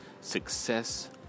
success